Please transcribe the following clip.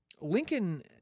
Lincoln